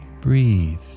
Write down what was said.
Breathe